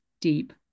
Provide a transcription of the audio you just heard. deep